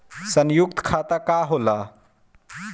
सयुक्त खाता का होला?